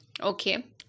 Okay